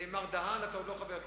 מר דהן, אתה עדיין לא חבר כנסת.